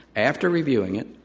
after reviewing it